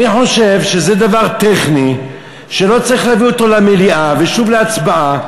אני חושב שזה דבר טכני שלא צריך להביא אותו למליאה ושוב להצבעה.